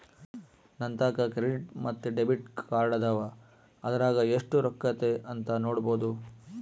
ನಂತಾಕ ಕ್ರೆಡಿಟ್ ಮತ್ತೆ ಡೆಬಿಟ್ ಕಾರ್ಡದವ, ಅದರಾಗ ಎಷ್ಟು ರೊಕ್ಕತೆ ಅಂತ ನೊಡಬೊದು